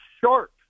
sharp